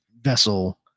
vessel